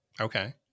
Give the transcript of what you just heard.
Okay